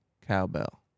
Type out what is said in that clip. cowbell